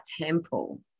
temple